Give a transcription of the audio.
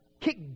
kick